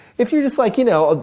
if you're just like you know,